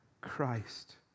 Christ